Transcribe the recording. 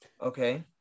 Okay